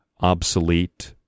obsolete